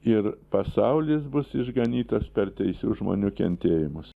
ir pasaulis bus išganytas per teisių žmonių kentėjimus